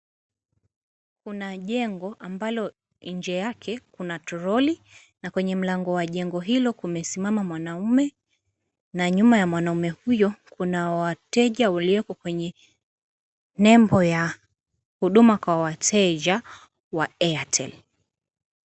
Kuna jengo ambalo nje yake kuna toroli na kwenye mlango wa jengo hilo kumesimama mwanamme , nyuma ya mwanamme huyo kuna wateja walioko kwenye nembo ya huduma kwa wateja wa (cs)Airtel(cs).